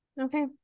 okay